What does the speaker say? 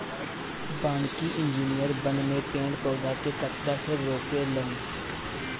वानिकी इंजिनियर वन में पेड़ पौधा के कटला से रोके लन